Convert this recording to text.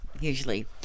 Usually